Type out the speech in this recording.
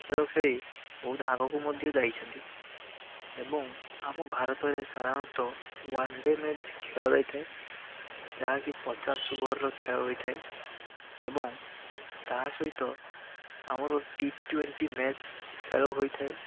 ଖେଳ ଖେଳି ବହୁତ ଆଗକୁ ମଧ୍ୟ ଯାଇଛନ୍ତି ଏବଂ ଆମ ଭାରତରେ ସାଧାରଣତଃ ୱାନଡ଼େ ମ୍ୟାଚ୍ ଖେଳାଯାଇଥାଏ ଯାହା କି ପଚାଶ ଓଭରର ଖେଳ ହୋଇଥାଏ ଏବଂ ତା ସହିତ ଆମର ଟି ଟ୍ୱେଣ୍ଟି ମ୍ୟାଚ୍ ଖେଳ ହୋଇଥାଏ